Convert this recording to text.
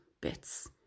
bits